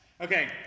Okay